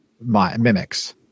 mimics